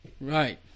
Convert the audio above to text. Right